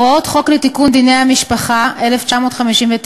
הוראות חוק לתיקון דיני המשפחה, 1959,